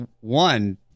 one